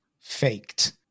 faked